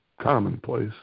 commonplace